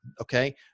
okay